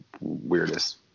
weirdest